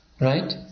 Right